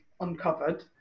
uncovered